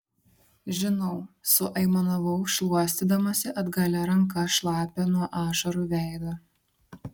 žinau suaimanavau šluostydamasi atgalia ranka šlapią nuo ašarų veidą